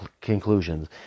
conclusions